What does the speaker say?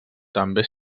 també